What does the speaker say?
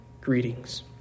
greetings